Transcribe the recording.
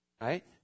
right